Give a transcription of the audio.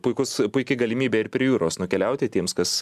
puikus puiki galimybė ir prie jūros nukeliauti tiems kas